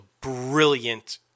brilliant